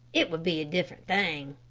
it would be a different thing.